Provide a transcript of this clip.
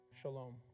shalom